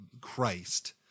Christ